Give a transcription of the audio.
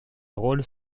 rôles